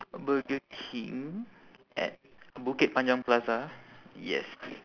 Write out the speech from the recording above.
burger king at bukit panjang plaza yes